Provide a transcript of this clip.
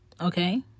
Okay